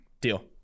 deal